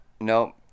Nope